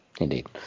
indeed